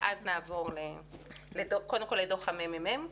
ואז נעבור לדוח מרכז המחקר והמידע של הכנסת,